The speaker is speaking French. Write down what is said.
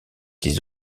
des